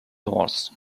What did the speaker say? laws